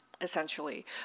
essentially